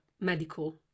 medical